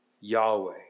Yahweh